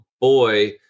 boy